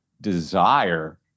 desire